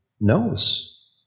knows